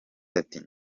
ati